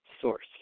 source